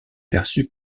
perçus